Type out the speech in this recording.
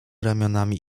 ramionami